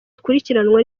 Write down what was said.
ikurikiranwa